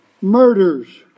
murders